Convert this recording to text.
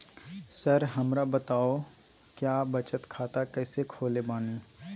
Sir हमरा बताओ क्या बचत खाता कैसे खोले बानी?